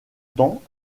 temps